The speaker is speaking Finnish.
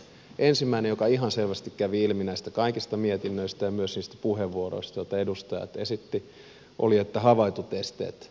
ensimmäinen joka ihan selvästi kävi ilmi näistä kaikista mietinnöistä ja myös niistä puheenvuoroista joita edustajat esittivät oli että havaitut esteet on purettava